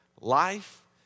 life